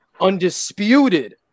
undisputed